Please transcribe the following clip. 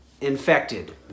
infected